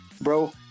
bro